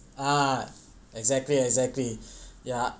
ah exactly exactly ya